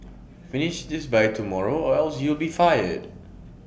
finish this by tomorrow or else you'll be fired